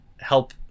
help